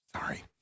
Sorry